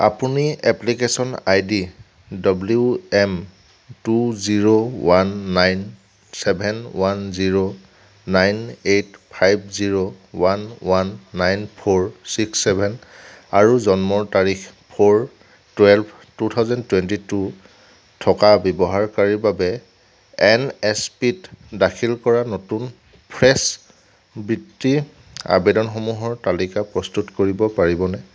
আপুনি application I D W M two zero one nine seven one zero nine eight five zero one one nine four six seven আৰু জন্মৰ তাৰিখ four twelve two thousand twenty two থকা ব্যৱহাৰকাৰীৰ বাবে N S P ত দাখিল কৰা নতুন ফ্ৰেছ বৃত্তি আবেদনসমূহৰ তালিকা প্ৰস্তুত কৰিব পাৰিবনে